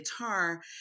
guitar